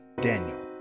Daniel